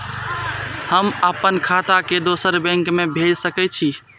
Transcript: हम आपन खाता के दोसर बैंक में भेज सके छी?